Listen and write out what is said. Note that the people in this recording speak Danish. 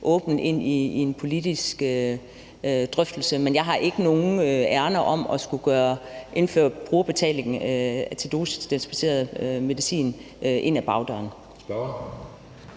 åbent i en politisk drøftelse. Men jeg har ikke noget ærinde i forhold til at skulle indføre brugerbetaling til dosisdispenseret medicin ad bagdøren.